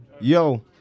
yo